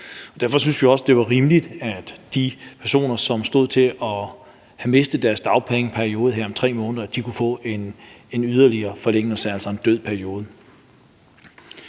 Derfor syntes vi også, det var rimeligt, at de personer, som stod til at have opbrugt deres dagpengeperiode her om 3 måneder, kunne få en forlængelse, altså en død periode.